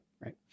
right